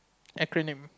acronym